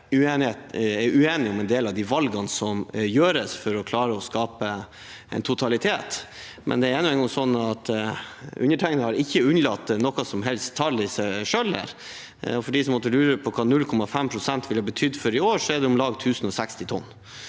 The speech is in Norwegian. er uenige om en del av de valgene som tas for å klare å skape en totalitet, men det er nå engang sånn at undertegnede ikke har utelatt noe som helst tall i seg selv her. For dem som måtte lure på hva 0,5 pst. ville betydd for i år, er det om lag 1 060 tonn.